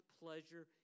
pleasure